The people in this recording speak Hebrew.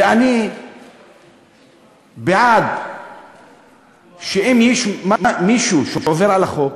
ואני בעד שאם יש מישהו שעובר על החוק,